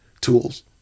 tools